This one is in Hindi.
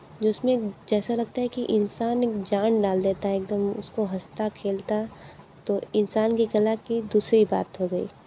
जो उस में जैसा लगता है कि इंसान एक जान डाल देता है एक दम उसको हंसता खेलता तो इंसान की कला की दूसरी बात हो गई